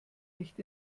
nicht